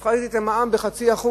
הפחתתי את המע"מ ב-0.5%.